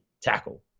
tackle